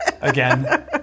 again